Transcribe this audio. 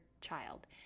child